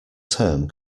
term